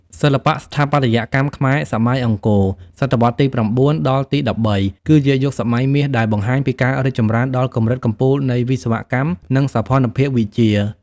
សិល្បៈស្ថាបត្យកម្មខ្មែរសម័យអង្គរ (សតវត្សរ៍ទី៩ ដល់ ទី១៣) គឺជាយុគសម័យមាសដែលបង្ហាញពីការរីកចម្រើនដល់កម្រិតកំពូលនៃវិស្វកម្ម និងសោភ័ណភាពវិទ្យា។